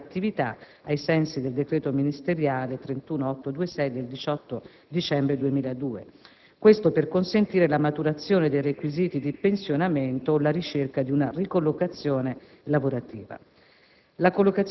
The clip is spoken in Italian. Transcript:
parziale di attività, ai sensi del decreto ministeriale 31826 del 18 dicembre 2002, onde consentire la maturazione dei requisiti di pensionamento o la ricerca di una ricollocazione lavorativa.